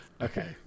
Okay